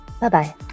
Bye-bye